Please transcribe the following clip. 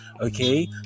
okay